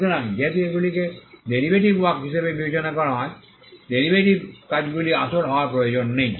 সুতরাং যেহেতু এগুলিকে ডেরিভেটিভ ওয়ার্ক হিসাবে বিবেচনা করা হয় ডেরিভেটিভ কাজগুলি আসল হওয়ার প্রয়োজন নেই